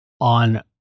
on